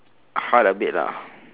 hard a bit lah